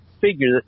figure